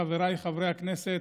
חבריי חברי הכנסת,